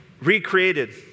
recreated